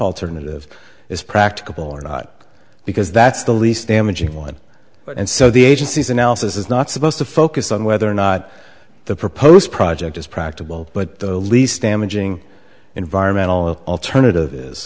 alternative is practicable or not because that's the least damaging one and so the agency's analysis is not supposed to focus on whether or not the proposed project is practical but the least damaging environmental alternative is